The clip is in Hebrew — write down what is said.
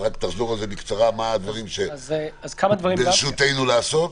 תחזור בקצרה על הדברים שברשותנו לעשות.